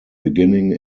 beginning